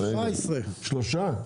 שלושה?